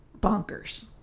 bonkers